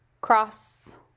cross